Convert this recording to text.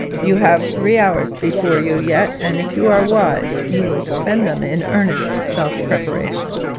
you have three hours before you yet, and if you are wise, you will spend them in earnest self-preparation.